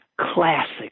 Classic